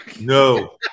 No